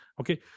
Okay